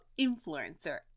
influencer